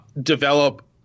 develop